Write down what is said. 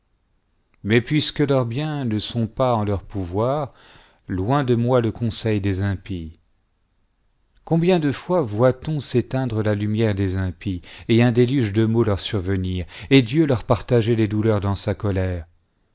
mais puisque leurs biens ne sont pas en leur pouvoir loin de moi le conseil des impies combien do fois voit-on s'éteindre la lumière des impies et un déluge de maux leur survenir et dieu leur partager les douleurs dans sa colère